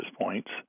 points